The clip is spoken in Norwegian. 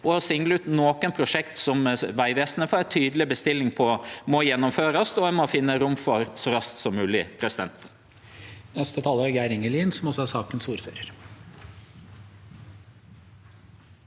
– å single ut nokre prosjekt som Vegvesenet får ei tydeleg bestilling på å gjennomføre, og som ein må finne rom for så raskt som mogleg.